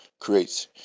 creates